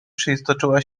przeistoczyła